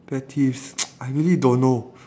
pet peeves I really don't know